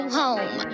home